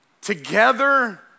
together